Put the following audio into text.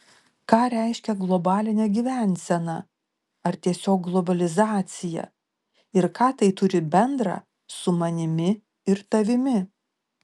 ką reiškia globalinė gyvensena ar tiesiog globalizacija ir ką tai turi bendra su manimi ir tavimi